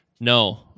No